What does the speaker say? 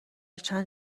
چند